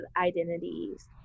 identities